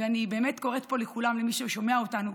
ואני באמת קוראת פה לכולם, למי ששומע אותנו,